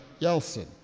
Yeltsin